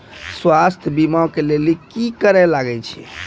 स्वास्थ्य बीमा के लेली की करे लागे छै?